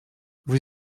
vous